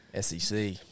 SEC